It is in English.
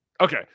Okay